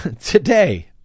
today